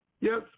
Yes